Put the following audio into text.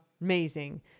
amazing